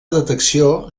detecció